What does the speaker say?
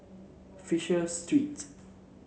Fisher Street